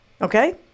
okay